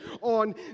on